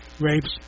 rapes